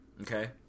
Okay